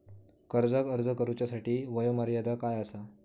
कर्जाक अर्ज करुच्यासाठी वयोमर्यादा काय आसा?